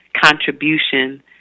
contribution